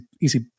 easy